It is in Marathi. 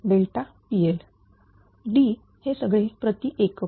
PLD हे सगळे प्रति एकक